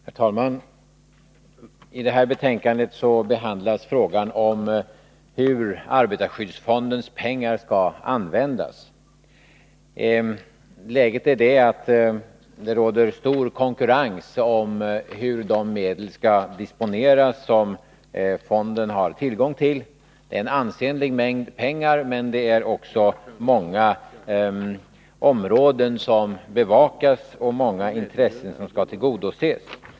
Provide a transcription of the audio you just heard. Herr talman! I detta betänkande behandlas frågan om hur arbetarskyddsfondens pengar skall användas. Läget är det att det råder stor konkurrens om hur de medel skall disponeras som fonden har tillgång till. Det är en ansenlig mängd pengar, men det är också många områden som bevakas och många intressen som skall tillgodoses.